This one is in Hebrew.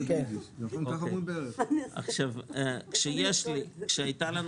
כשהייתה לנו